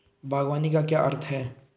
बागवानी का क्या अर्थ है?